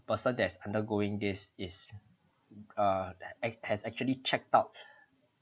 person that's undergoing this is err h~ has actually checked out